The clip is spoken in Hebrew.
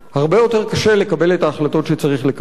הרבה יותר קשה לקבל את ההחלטות שצריך לקבל.